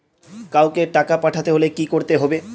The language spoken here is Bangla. কাওকে টাকা পাঠাতে হলে কি করতে হবে?